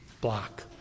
block